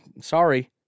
Sorry